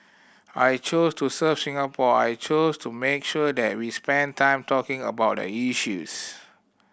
I chose to serve Singapore I chose to make sure that we spend time talking about the issues